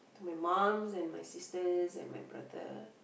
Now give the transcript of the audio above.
my mums and my sisters and my brother